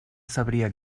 sabria